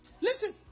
Listen